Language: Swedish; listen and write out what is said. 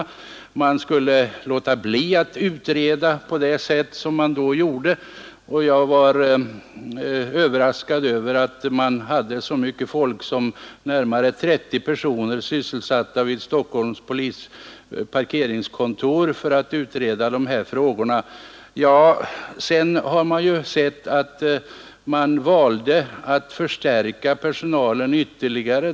Jag föreslog bl.a. att man skulle låta bli att utreda på det sätt man då gjorde, och jag framhöll att jag var överraskad över att vid Stockholms parkeringskontor så mycket som närmare 30 personer var sysselsatta med att utreda dessa frågor. Vi har sett att man sedan valde att förstärka personalen ytterligare.